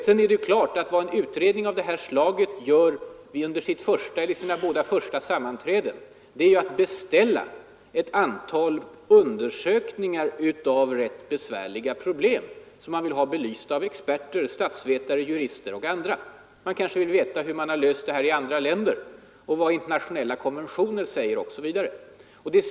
Sedan är det ganska klart vad en utredning av det här slaget gör vid sina första sammanträden. Det är att beställa ett antal undersökningar av rätt besvärliga problem som man vill ha belysta av experter, statsvetare, jurister m.fl. Man kanske vill veta hur sådana här frågor har lösts i andra länder och vad internationella konventioner säger osv.